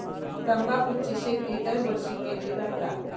तंबाखूची शेती दरवर्षी केली जाता